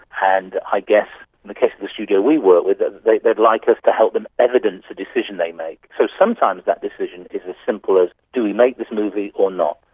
and i guess the studio we work with, ah they'd like us to help them evidence a decision they make. so sometimes that decision is as simple as do we make this movie or not?